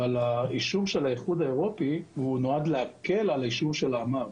אבל האישור של האיחוד האירופי נועד להקל על האישור של האמ"ר.